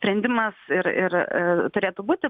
sprendimas ir ir turėtų būti